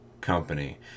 company